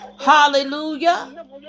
Hallelujah